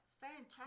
Fantastic